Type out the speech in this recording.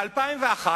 ב-2001